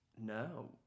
No